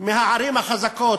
מהערים החזקות,